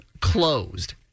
closed